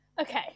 Okay